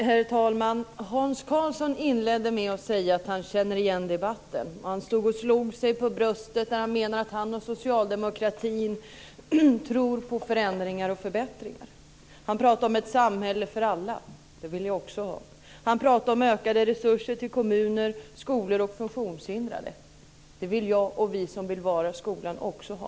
Herr talman! Hans Karlsson inledde med att säga att han känner igen debatten. Han stod och slog sig för bröstet och menade att han och socialdemokratin tror på förändringar och förbättringar. Han pratade om ett samhälle för alla. Det vill jag också ha. Han pratade om ökade resurser till kommuner, skolor och funktionshindrade. Det vill jag och vi som vill bevara skolan också ha.